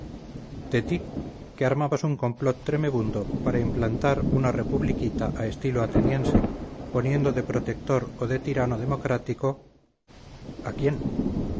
de ti que armabas un complot tremebundo para implantar una republiquita a estilo ateniense poniendo de protector o de tirano democrático a quién